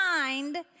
mind